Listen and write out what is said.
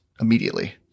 immediately